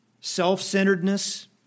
self-centeredness